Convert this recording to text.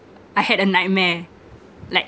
I had a nightmare like